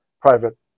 private